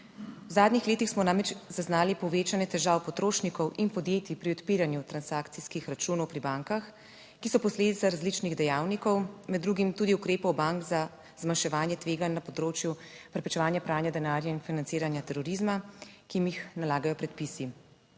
V zadnjih letih smo namreč zaznali povečanje težav potrošnikov in podjetij pri odpiranju transakcijskih računov pri bankah, ki so posledica različnih dejavnikov, med drugim tudi ukrepov bank za zmanjševanje tveganj na področju preprečevanja pranja denarja in financiranja terorizma, ki jim jih nalagajo predpisi.